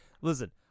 Listen